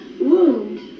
wound